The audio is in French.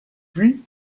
puis